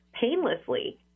painlessly